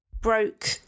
broke